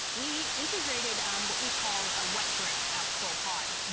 we integrated what we call a wet grip outsole bob.